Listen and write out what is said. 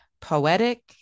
poetic